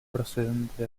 procedente